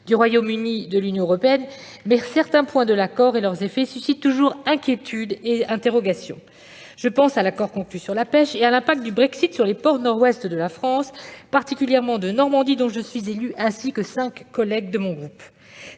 du Royaume-Uni de l'Union européenne, mais certains points de l'accord et leurs effets suscitent toujours inquiétudes et interrogations. Je pense à l'accord conclu sur la pêche ainsi qu'à l'impact du Brexit sur les ports du nord-ouest de la France, particulièrement ceux de Normandie, région dont je suis élue tout comme cinq collègues de mon groupe.